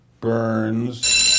Burns